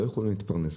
הם לא יכולים להתפרנס,